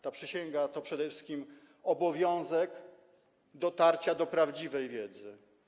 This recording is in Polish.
Ta przysięga to przede wszystkim obowiązek dotarcia do prawdziwej wiedzy.